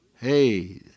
hey